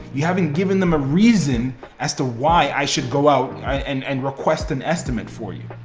you haven't given them a reason as to why i should go out and and request an estimate for you,